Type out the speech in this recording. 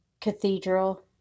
cathedral